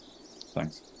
Thanks